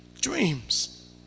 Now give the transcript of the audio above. dreams